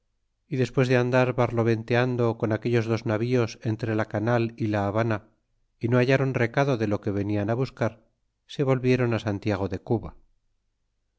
y despues de andar barloventeando con aquellos dos navíos entre la canal y la habana y no hallron recado de lo que venían buscar se volviéron santia le de cuba y